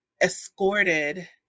escorted